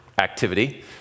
activity